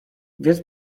więc